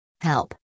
Help